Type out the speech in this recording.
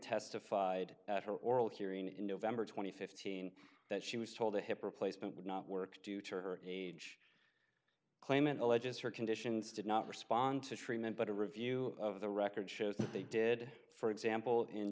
testified at her oral hearing in november two thousand and fifteen that she was told a hip replacement would not work due to her age claimant alleges her conditions did not respond to treatment but a review of the record shows that they did for example in